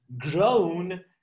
grown